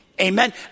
Amen